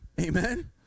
Amen